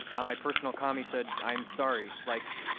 on my personal comm he said i'm sorry, like,